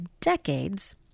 decades